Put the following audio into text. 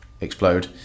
explode